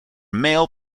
male